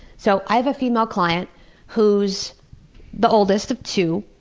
so i have a female client who's the oldest of two,